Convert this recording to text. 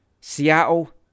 Seattle